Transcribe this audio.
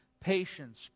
patience